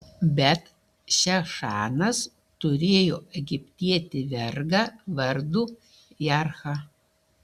bet šešanas turėjo egiptietį vergą vardu jarhą